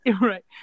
Right